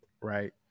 Right